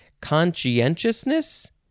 Conscientiousness